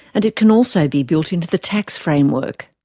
and it can also be built into the tax framework.